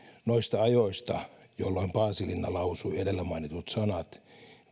noista ajoista jolloin paasilinna lausui edellä mainitut sanat